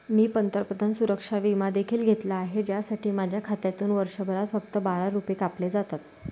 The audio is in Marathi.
मी पंतप्रधान सुरक्षा विमा देखील घेतला आहे, ज्यासाठी माझ्या खात्यातून वर्षभरात फक्त बारा रुपये कापले जातात